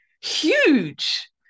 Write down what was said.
huge